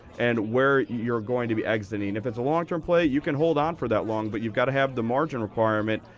and where you're going to be exiting. if it's a long term play, you can hold on for that long. but you've got to have the margin requirement,